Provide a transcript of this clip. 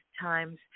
times